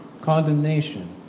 condemnation